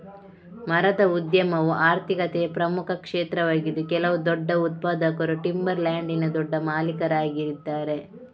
ಮರದ ಉದ್ಯಮವು ಆರ್ಥಿಕತೆಯ ಪ್ರಮುಖ ಕ್ಷೇತ್ರವಾಗಿದ್ದು ಕೆಲವು ದೊಡ್ಡ ಉತ್ಪಾದಕರು ಟಿಂಬರ್ ಲ್ಯಾಂಡಿನ ದೊಡ್ಡ ಮಾಲೀಕರಾಗಿದ್ದಾರೆ